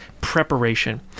Preparation